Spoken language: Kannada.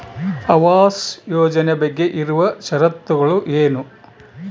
ಆವಾಸ್ ಯೋಜನೆ ಬಗ್ಗೆ ಇರುವ ಶರತ್ತುಗಳು ಏನು?